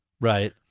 Right